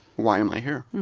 why am i here?